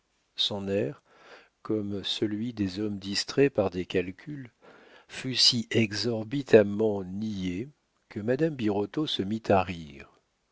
son air comme celui des hommes distraits par des calculs fut si